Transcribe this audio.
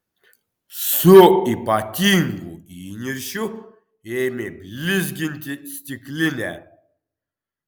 su ypatingu įniršiu ėmė blizginti stiklinę